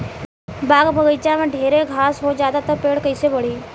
बाग बगइचा में ढेर घास हो जाता तो पेड़ कईसे बढ़ी